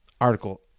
Article